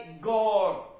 God